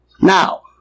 Now